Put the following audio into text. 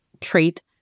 trait